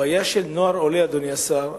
הבעיה של נוער עולה, אדוני השר,